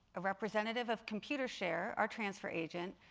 a representative of computershare, our transfer agent,